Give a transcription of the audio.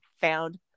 found